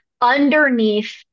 underneath